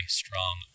strong